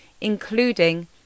including